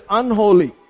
unholy